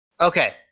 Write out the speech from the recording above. Okay